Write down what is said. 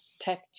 tech